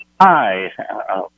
Hi